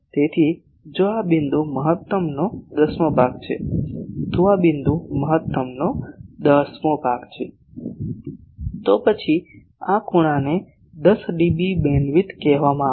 તેથી જો આ બિંદુ મહત્તમનો દસમો ભાગ છે તો આ બિંદુ મહત્તમનો દસમો ભાગ છે તો પછી આ ખૂણાને 10 ડીબી બીમવિડ્થ કહેવામાં આવશે